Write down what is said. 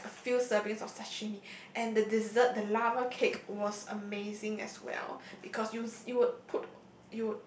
I had like a few servings of sashimi and the dessert the lava cake was amazing as well because you you would put